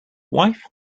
wife